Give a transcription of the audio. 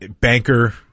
banker